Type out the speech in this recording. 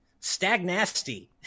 Stagnasty